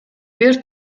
бир